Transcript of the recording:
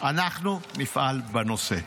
אנחנו נפעל בנושא.